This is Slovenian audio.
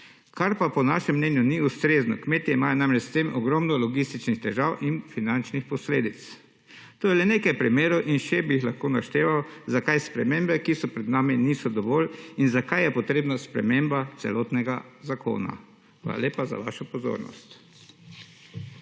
kar pa po našem mnenju ni ustrezno, kmetje imajo namreč s tem ogromno logističnih težav in finančnih posledic. To je le nekaj primerov in še bi jih lahko našteval zakaj spremembe ki so pred nami niso dovolj in zakaj je potrebna sprememba celotnega zakona. Hvala lepa za vašo pozornost.